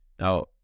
Now